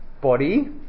body